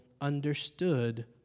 understood